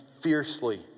fiercely